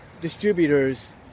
distributors